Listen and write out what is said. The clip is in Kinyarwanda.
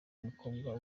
mukobwa